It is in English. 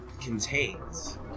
contains